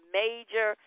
major